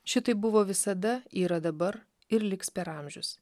šitaip buvo visada yra dabar ir liks per amžius